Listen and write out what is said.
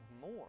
more